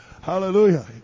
Hallelujah